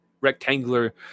rectangular